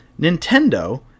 Nintendo